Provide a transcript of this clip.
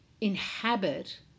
inhabit